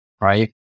Right